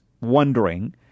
wondering